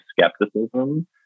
skepticism